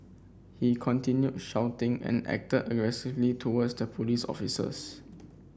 he continued shouting and acted aggressively towards the police officers